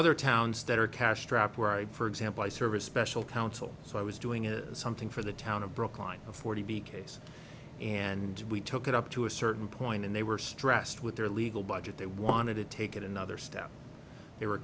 other towns that are cash strapped where i'd for example i serve a special council so i was doing a something for the town of brookline a forty b case and we took it up to a certain point and they were stressed with their legal budget they wanted to take it another step they were